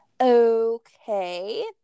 Okay